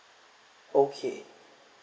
okay